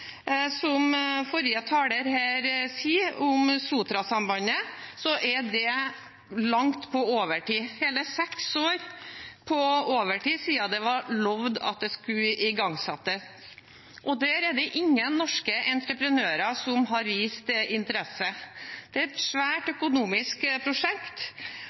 Som forrige taler her sier om Sotrasambandet, er det langt på overtid – det er hele seks år siden det ble lovet at det skulle igangsettes. Der er det ingen norske entreprenører som har vist interesse. Det er et svært økonomisk prosjekt,